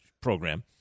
program